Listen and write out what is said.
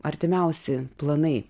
artimiausi planai